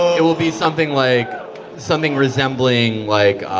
it will be something like something resembling like